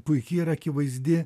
puiki ir akivaizdi